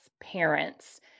parents